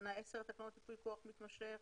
תקנה לתקנות ייפוי כוח מתמשך.